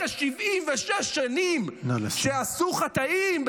אחרי 76 שנים שעשו חטאים,